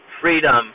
freedom